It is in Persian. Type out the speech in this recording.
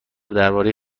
درباره